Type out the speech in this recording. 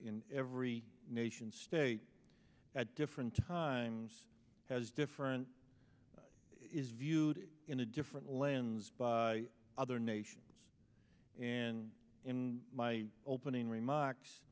in every nation state at different times has different is viewed in a different lens by other nations and in my opening remarks